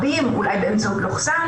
בלשון רבים או אולי באמצעות לוכסן,